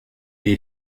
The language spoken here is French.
les